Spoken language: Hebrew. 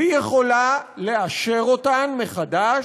והיא יכולה לאשר אותן מחדש,